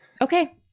okay